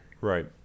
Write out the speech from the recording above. Right